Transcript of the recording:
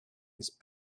ist